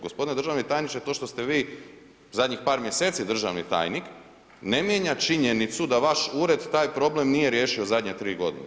Gospodine državni tajniče to što ste vi zadnjih par mjeseci državni tajnik ne mijenja činjenicu da vaš ured taj problem nije riješio zadnje tri godine.